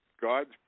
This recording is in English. God's